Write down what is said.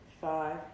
five